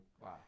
Wow